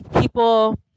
people